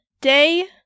day